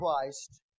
Christ